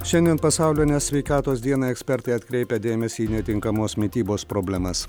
šiandien pasaulinę sveikatos dieną ekspertai atkreipia dėmesį į netinkamos mitybos problemas